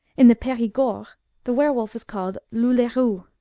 in the perigord, the were-wolf is called louleerou.